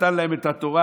ונתן להם את התורה,